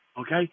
Okay